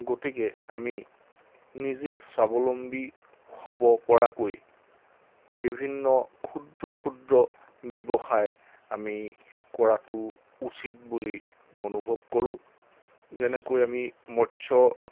গতিকে আমি নিজে স্বাৱলম্বী হ'ব পৰাকৈ বিভিন্ন ক্ষুদ্ৰ ক্ষুদ্ৰ ব্যৱসায় আমি কৰাটো উচিত বুলি অনুভৱ কৰোঁ যেনেকৈ আমি মৎস্য